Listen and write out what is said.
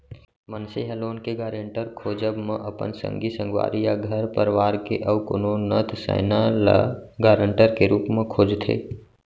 मनसे ह लोन के गारेंटर खोजब म अपन संगी संगवारी या घर परवार के अउ कोनो नत सैना ल गारंटर के रुप म खोजथे